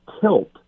tilt